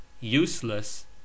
Useless